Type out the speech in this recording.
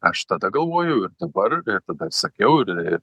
aš tada galvojau ir dabar ir tada sakiau ir